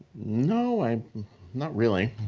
no. um not really.